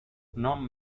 non